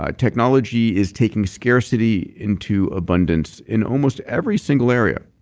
ah technology is taking scarcity into abundance in almost every single area